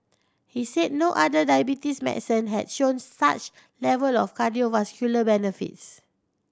he said no other diabetes medicine had shown such level of cardiovascular benefits